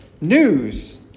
news